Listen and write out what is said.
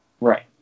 Right